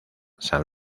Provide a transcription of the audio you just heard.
san